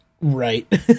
Right